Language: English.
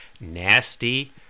nasty